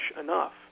enough